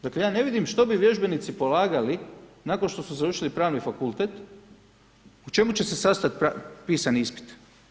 Dakle, ja ne vidim što bi vježbenici polagali, nakon što su završili pravni fakultet, u čemu će se sastati pisani ispit.